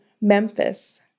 Memphis